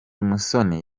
musoni